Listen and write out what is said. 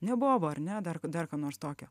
ne boba ar ne dar dar ką nors tokio